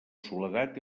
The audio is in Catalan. soledat